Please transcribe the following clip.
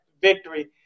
victory